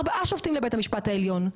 ארבעה שופטים לבית המשפט העליון,